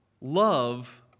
love